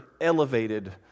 elevated